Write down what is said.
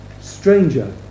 stranger